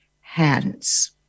Hands